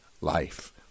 life